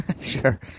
Sure